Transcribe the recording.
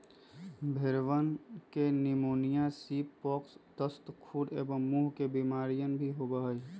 भेंड़वन के pneumonia, sheep pox, दस्त, खुर एवं मुँह के बेमारियन भी होबा हई